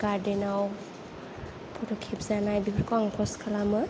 गारदेनाव photo खेबजानाय बेफोरखौ आं पस्ट खालामो